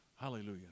Hallelujah